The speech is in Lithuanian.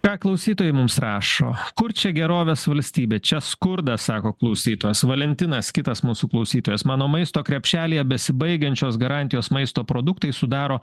ką klausytojai mums rašo kur čia gerovės valstybė čia skurdas sako klausytojas valentinas kitas mūsų klausytojas mano maisto krepšelyje besibaigiančios garantijos maisto produktai sudaro